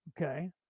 Okay